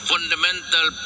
fundamental